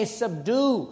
subdue